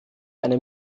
eine